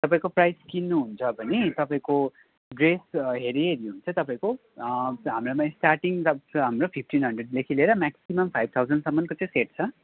तपाईँको प्राइस किन्नुहुन्छ भने तपाईँको ड्रेस हेरि हेरि हुन्छ तपाईँको हाम्रामा स्टार्टिङ त हाम्रो फिफ्टिन हान्ड्रेडदेखि लिएर म्याक्सिमम फाइभ थाउजन्डसम्मको सेट छ